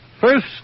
First